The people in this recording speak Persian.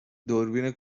دوربین